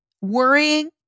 worrying